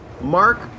Mark